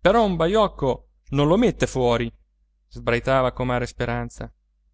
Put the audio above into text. però un baiocco non lo mette fuori sbraitava comare speranza